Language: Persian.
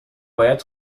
باید